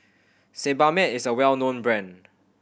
Sebamed is a well known brand